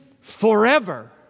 forever